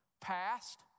past